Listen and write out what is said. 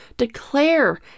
Declare